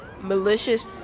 malicious